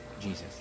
Jesus